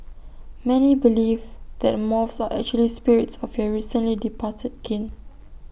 many believe that moths are actually spirits of your recently departed kin